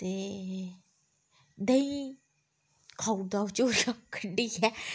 ते देहीं खाउड़दा ओह् चोरियै कड्ढियै